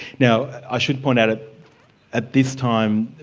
now i should point out, at at this time,